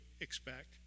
expect